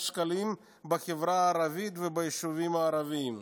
שקלים בחברה הערבית וביישובים הערביים,